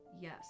Yes